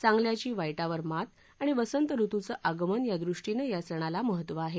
चांगल्याची वाईटावर मात आणि वसंत ऋतुचं आगमन या दृष्टीनं या सणाला महत्व आहे